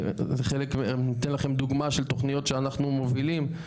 אני אתן לכם דוגמה לתוכניות שאנחנו מובילים.